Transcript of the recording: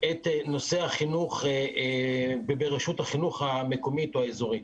את נושא החינוך ברשות החינוך המקומית או האזורית.